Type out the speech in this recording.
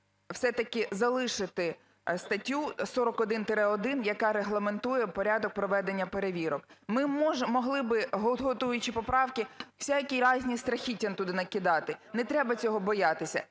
все-таки залишити статтю 41-1, яка регламентує порядок проведення перевірок. Ми могли би, готуючи поправки, всякі й різні страхіття туди накидати. Не треба цього боятися.